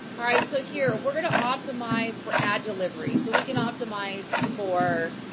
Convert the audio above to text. alright so here, we're gonna optimize for ad delivery. so, we can optimize for,